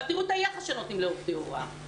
אבל תיראו את היחס שנותנים לעובדי הוראה.